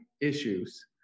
issues